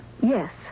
Yes